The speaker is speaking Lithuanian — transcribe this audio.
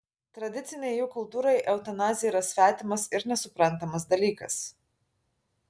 tradicinei jų kultūrai eutanazija yra svetimas ir nesuprantamas dalykas